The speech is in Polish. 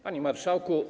Panie Marszałku!